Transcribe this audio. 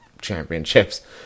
championships